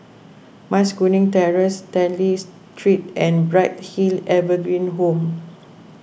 Mas Kuning Terrace Stanley Street and Bright Hill Evergreen Home